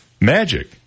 magic